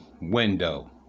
window